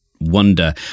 wonder